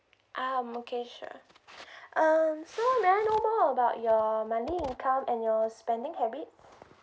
um okay sure um so may I know more about your money income and your spending habit